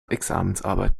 examensarbeit